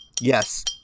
yes